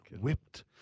Whipped